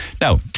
Now